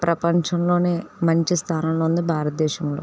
ప్రపంచంలోనే మంచి స్థానంలో ఉంది భారతదేశంలో